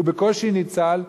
הוא בקושי ניצל,